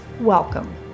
Welcome